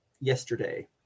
yesterday